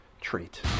treat